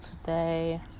today